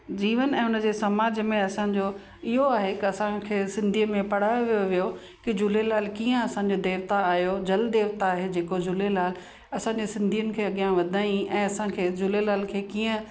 जीवन ऐं उनजे समाज में असांजो इहो आहे हिक असांखे सिंधीअ में पढ़ायो वियो हुयो की झूलेलाल कीअं असांजो देवता आयो जल देवता आहे जेको झूलेलाल असांजे सिंधीयुनि खे अॻियां वधायईं ऐं असांखे झूलेलाल खे कीअं